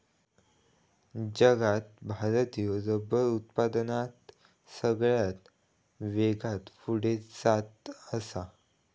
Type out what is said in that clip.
जगात भारत ह्यो रबर उत्पादनात सगळ्यात वेगान पुढे जात आसा